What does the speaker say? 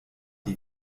die